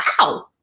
wow